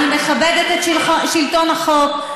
אני מכבדת את שלטון החוק.